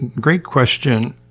great question.